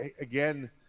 again